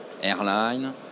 airline